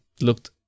looked